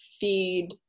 feed